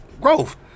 growth